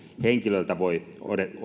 henkilöltä voi